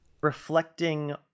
Reflecting